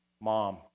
Mom